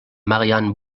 marianne